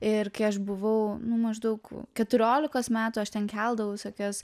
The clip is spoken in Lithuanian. ir kai aš buvau nu maždaug keturiolikos metų aš ten keldavau visokias